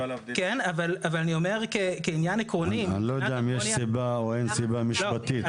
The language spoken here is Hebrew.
אני לא יודע אם יש סיבה או אין סיבה משפטית,